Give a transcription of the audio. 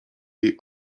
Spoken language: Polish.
jej